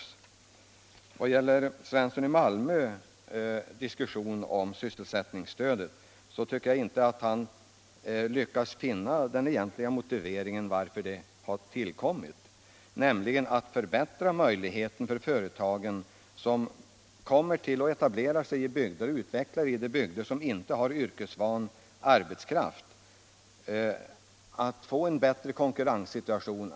I vad gäller herr Svenssons i Malmö diskussion om sysselsättningsstödet tycker jag inte att han lyckades finna den egentliga motiveringen till att det tillkommit, nämligen att förbättra möjligheten för företag som kommer till bygder där det inte finns yrkesvan arbetskraft att få en bättre konkurrenssituation.